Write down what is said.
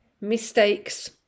mistakes